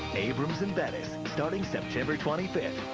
abrams and bettes starting september twenty fifth.